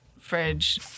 fridge